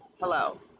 hello